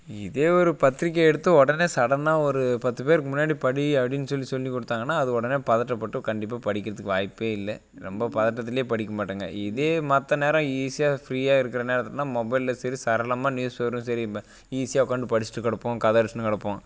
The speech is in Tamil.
இதே ஒரு பத்திரிகையை எடுத்து உடனே சடனாக ஒரு பத்து பேருக்கு முன்னாடி படி அப்படின்னு சொல்லி சொல்லி கொடுத்தாங்கன்னா அது உடனே பதட்டப்பட்டு கண்டிப்பாக படிக்கிறதுக்கு வாய்ப்பே இல்லை ரொம்ப பதட்டதுலையே படிக்க மாட்டோம்ங்க இதே மற்ற நேரம் ஈஸியா ஃப்ரீயாக இருக்கிற நேரம் தான் மொபைலில் சரி சரளமாக நியூஸ் வரும் சரி இப்போ ஈஸியாக உட்காந்ட்டு படிச்சிகிட்டு கிடப்போம் கதை அடிச்சின்னு கிடப்போம்